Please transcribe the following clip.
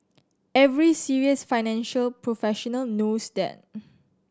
every serious financial professional knows that